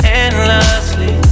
endlessly